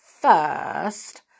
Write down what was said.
first